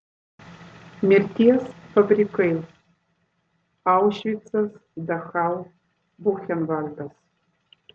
mirties fabrikai aušvicas dachau buchenvaldas